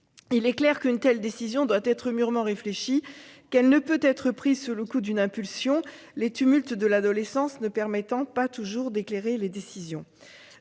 Il est clair qu'une telle décision doit être mûrement réfléchie et qu'elle ne peut pas être prise sous le coup d'une impulsion, les tumultes de l'adolescence ne permettant pas toujours d'éclairer les décisions.